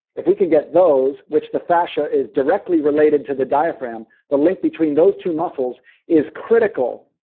if we can get those, which the fascia is directly related to the diaphragm, the link between those two muscles is critical,